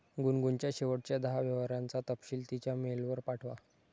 गुनगुनच्या शेवटच्या दहा व्यवहारांचा तपशील तिच्या मेलवर पाठवा